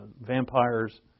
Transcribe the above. vampires